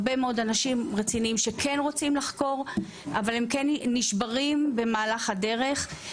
הרבה מאוד אנשים רציניים שכן רוצים לחקור נשברים במהלך הדרך,